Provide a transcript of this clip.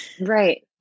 Right